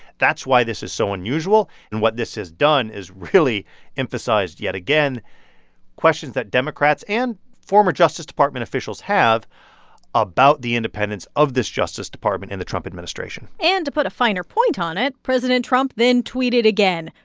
that's why this is so unusual. and what this has done is really emphasized yet again questions that democrats and former justice department officials have about the independence of this justice department and the trump administration and to put a finer point on it, president trump then tweeted again,